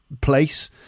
place